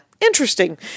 Interesting